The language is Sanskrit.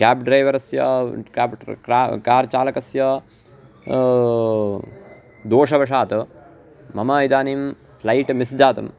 केब् ड्रैवरस्य केप्ट् क्रार् कार्चालकस्य दोषवशात् मम इदानीं फ़्लैट् मिस् जातम्